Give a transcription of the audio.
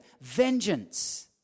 Vengeance